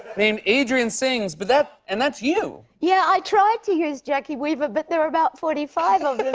named adriennesings, but that's and that's you. yeah, i tried to use jacki weaver, but there were about forty five of